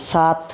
সাত